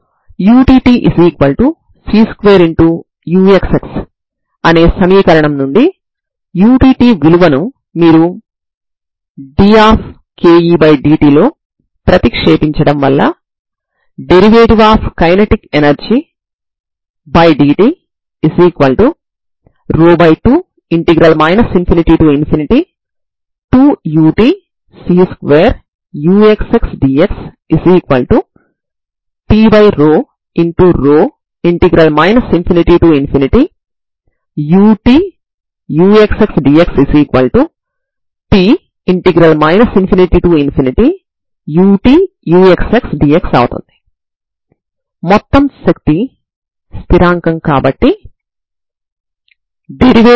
దీనికి మీరు అవకలనం చేయవచ్చు ఉదాహరణకు మీరు ut లేదా ux లను కనుకొనేటప్పుడు ప్రతి పదాన్ని అవకలనం చేయడం ద్వారా దీనిని అవకలనం చేయవచ్చు అంటే సిరీస్ తప్పనిసరిగా x మరియు t లలో యూనిఫార్మ్లీ కన్వెర్జెంట్ కావాలి సరేనా